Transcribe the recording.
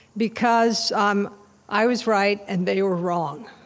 because um i was right, and they were wrong